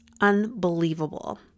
unbelievable